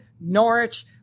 Norwich